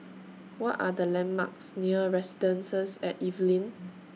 What Are The landmarks near Residences At Evelyn